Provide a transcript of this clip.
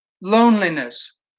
loneliness